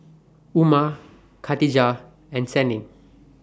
Umar Katijah and Senin